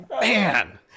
Man